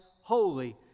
holy